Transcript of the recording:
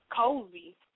cozy